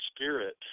Spirit